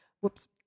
Whoops